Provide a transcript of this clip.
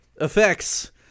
effects